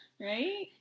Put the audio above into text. right